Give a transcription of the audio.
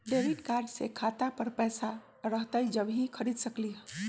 Debit card से खाता पर पैसा रहतई जब ही खरीद सकली ह?